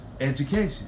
education